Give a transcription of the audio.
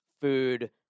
food